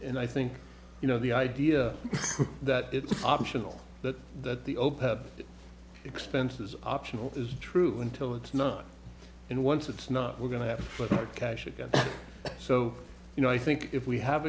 and i think you know the idea that it's optional that that the opeth expenses optional is true until it's not and once it's not we're going to happen but cash again so you know i think if we have